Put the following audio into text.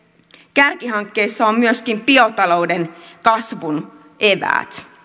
kärkihankkeissa on myöskin biotalouden kasvun eväät